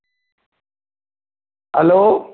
hello